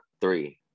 three